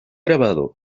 grabado